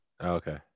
Okay